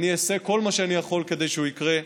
אעשה כל מה שאני יכול כדי שהוא יקרה.